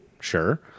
Sure